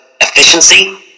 efficiency